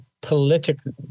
political